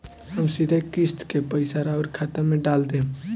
हम सीधे किस्त के पइसा राउर खाता में डाल देम?